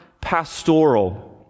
pastoral